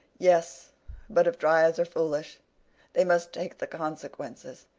yes but if dryads are foolish they must take the consequences,